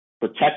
protect